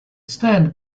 stand